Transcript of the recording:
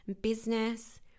business